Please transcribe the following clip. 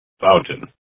Fountain